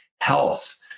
health